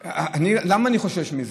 למה אני חושש מזה?